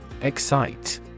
EXCITE